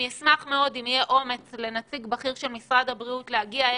אשמח מאוד אם יהיה אומץ לנציג בכיר של משרד הבריאות להגיע הנה,